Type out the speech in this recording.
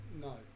No